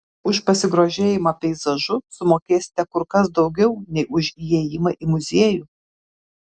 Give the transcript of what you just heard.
už pasigrožėjimą peizažu sumokėsite kur kas daugiau nei už įėjimą į muziejų